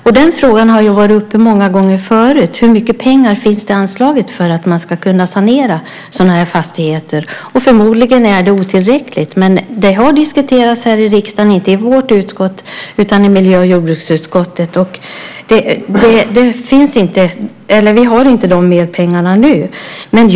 Den här frågan har varit uppe många gånger förut: Hur mycket pengar finns det anslaget för att man ska kunna sanera sådana här fastigheter? Förmodligen är det otillräckligt. Det har diskuterats här i riksdagen, men inte i vårt utskott utan i miljö och jordbruksutskottet. Vi har inte mer pengar till detta nu.